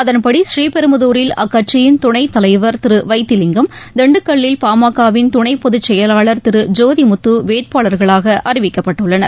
அதன்படி புநீபெரும்புதூரில் அக்கட்சியின் துணைத் தலைவர் திரு வைத்திலிங்கம் திண்டுக்கல்லில் பாமகவின் துணைப் பொதுச் செயலாளர் திரு ஜோதி முத்து வேட்பாளர்களாக அறிவிக்கப்பட்டுள்ளனர்